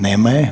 Nema je?